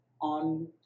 on